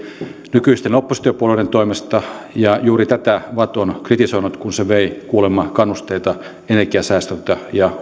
nykyisten oppositiopuolueiden toimesta ja juuri tätä vatt on kritisoinut kun se vei kuulemma kannusteita energiansäästöltä ja